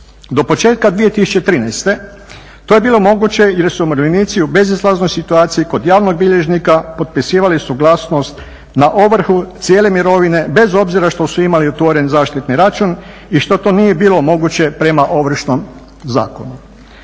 Do početka 2013.to je bilo moguće jer su umirovljenici u bezizlaznoj situaciji kod javnog bilježnika potpisivali suglasnost na ovrhu cijele mirovine bez obzira što su imali otvoren zaštitni račun i što to nije bilo moguće prema Ovršnom zakonu.